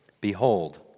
Behold